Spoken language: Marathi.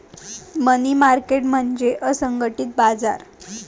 मनी मार्केट म्हणजे असंघटित बाजार